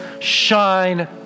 shine